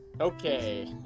okay